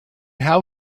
how